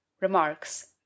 remarks